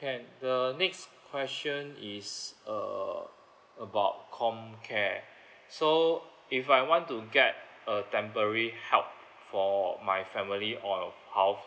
can uh next question is uh about comcare so if I want to get a temporary help for my family or house